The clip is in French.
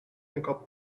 cinquante